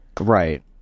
right